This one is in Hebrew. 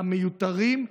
המיותרים,